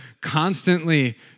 constantly